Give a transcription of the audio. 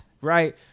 right